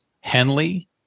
Henley